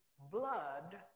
blood